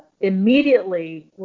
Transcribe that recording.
immediately